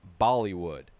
Bollywood